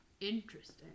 interesting